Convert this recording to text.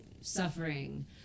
suffering